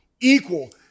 equal